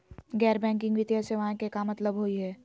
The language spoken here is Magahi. गैर बैंकिंग वित्तीय सेवाएं के का मतलब होई हे?